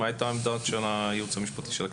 מה הייתה העמדה של הייעוץ המשפטי של הכנסת?